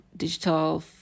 digital